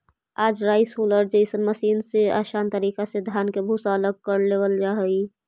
आज rice huller जइसन machine से आसान तरीका से धान के भूसा अलग कर लेवल जा हई